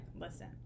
listen